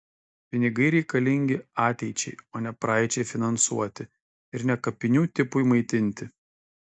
pinigai reikalingi ateičiai o ne praeičiai finansuoti ir ne kapinių tipui maitinti